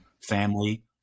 family